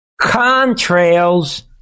contrails